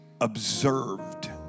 observed